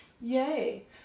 Yay